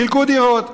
חילקו דירות,